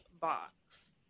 box